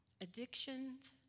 addictions